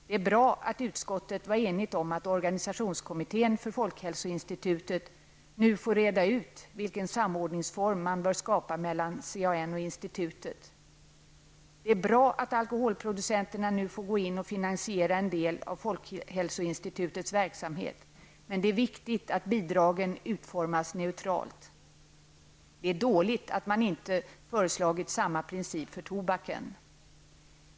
Det är bra att utskottet var enigt om att organisationskommittén för folkhälsoinstitutet nu får reda ut vilken samordningsform man bör skapa mellan CAN och institutet. Det är bra att alkoholproducenterna nu får gå in och finansiera en del av folkhälsoinstitutets verksamhet men det är viktigt att bidragen utformas neutralt. Det är dåligt att man inte föreslagit samma princip för tobaken.